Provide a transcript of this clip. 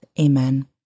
Amen